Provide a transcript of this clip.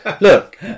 Look